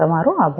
તમારો આભાર